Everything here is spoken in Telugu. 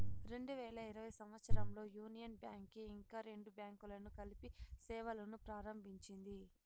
రెండు వేల ఇరవై సంవచ్చరంలో యూనియన్ బ్యాంక్ కి ఇంకా రెండు బ్యాంకులను కలిపి సేవలును ప్రారంభించింది